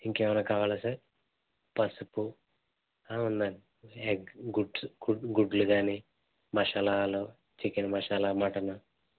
ఇంకేమన్న కావాలా సార్ పసుపు ఉందండి ఎగ్ గు గుడ్స్ గుడ్లు గానీ మషాలాలు చికెన్ మషాలా మటను